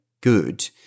good